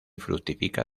fructifica